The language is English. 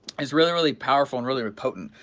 it's really really powerful and really really potent,